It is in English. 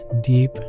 Deep